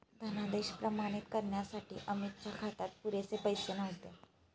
धनादेश प्रमाणित करण्यासाठी अमितच्या खात्यात पुरेसे पैसे नव्हते